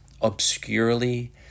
obscurely